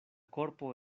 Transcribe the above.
korpo